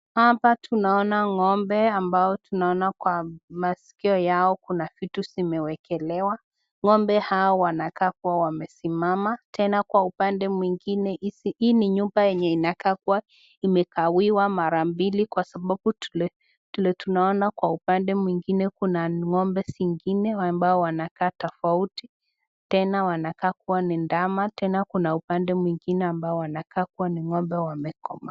Hapa tunaona ng'ombe ambao tunaona kwa masikio yao kuna vitu zimewekelewa. Ngombe hao wanakaa kuwa wamesimama, tena kwa upande mwingine hizi hii ni nyumba inakaa kuwa imegawiwa mara mbili kwa sababu tule tunaona kwa upande mwingine kuna ng'ombe zingine ambao wanakaa tofauti tena wanakaa kuwa ni ndama tena kuna upande mwingine ambao wanakaa kuwa ni ng'ombe wamekoma.